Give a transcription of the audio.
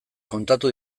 kontatu